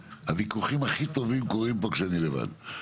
הוויכוחים הכי טובים קורים פה כשאני לבד.